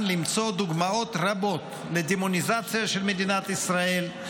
למצוא דוגמאות רבות לדמוניזציה של מדינת ישראל,